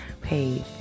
page